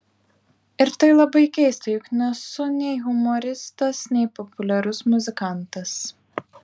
ir tai labai keista juk nesu nei humoristas nei populiarus muzikantas